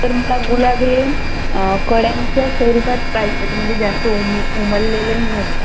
तर मला गुलाबी कळ्यांच्या स्वरूपात पाहिजे होती म्हणजे जास्त उम उमललेले नको